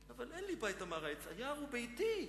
'אבל אין לי בית', אמר העץ, 'היער הוא ביתי.